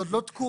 זאת לא תקורה.